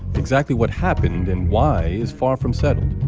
exactly what happened and why is far from settled.